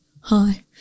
hi